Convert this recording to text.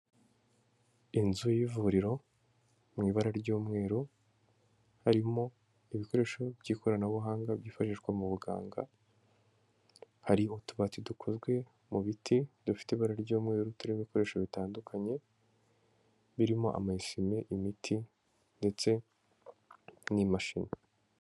Inzu y'ivuriro mu ibara ry'umweru, harimo ibikoresho by'ikoranabuhanga byifashishwa mu buganga, hari utubati dukozwe mu biti dufite ibara ry'umweru, turimo ibikoresho bitandukanye birimo ama esuwime, imiti ndetse n'imashini.